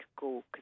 go